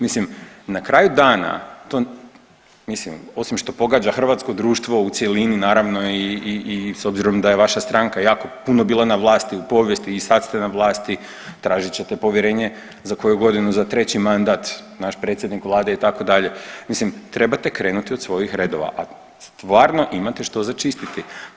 Mislim, na kraju dana to, mislim, osim što pogađa hrvatsko društvo u cjelini naravno i s obzirom da je vaša stranka jako puno bila na vlasti u povijesti i sad ste na vlasti, tražit ćete povjerenje za koju godinu za treći mandat, naš predsjednik Vlade, itd., mislim trebate krenuti od svojih redova, a stvarno imate što za čistiti.